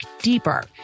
deeper